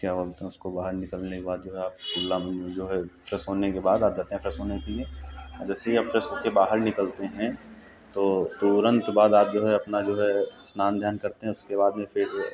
क्या बोलते हैं उसको आप बाहर निकलने के बाद आप जो है कुल्ला मंजन जो है फ्रेश होने के बाद आप जाते हैं फ्रेश होने के लिए और जैसे ही आप फ्रेश हो के बाहर निकलते हैं तो तुरंत बाद आप जो है अपना जो है स्नान ध्यान करते हैं उसके बाद में फिर